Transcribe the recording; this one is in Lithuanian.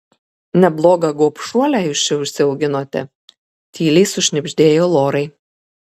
neblogą gobšuolę jūs čia užsiauginote tyliai sušnibždėjo lorai